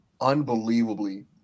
unbelievably